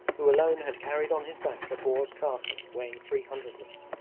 who alone had carried on his back a boar's carcass weighing three hundredweight,